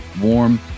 warm